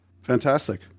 Fantastic